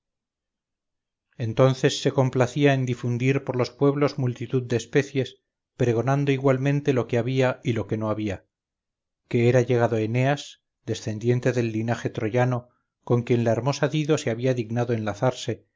entonces se complacía en difundir por los pueblos multitud de especies pregonando igualmente lo que había y lo que no había que era llegado eneas descendiente del linaje troyano con quien la hermosa dido se había dignado enlazarse